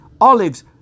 olives